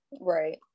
right